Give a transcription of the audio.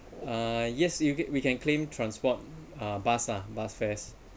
uh yes you get we can claim transport uh bus ah bus fares